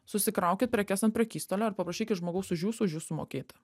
susikraukit prekes ant prekystalio ir paprašykit žmogaus už jūsų už jus sumokėti